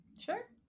sure